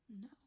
No